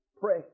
Pray